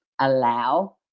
allow